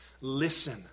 Listen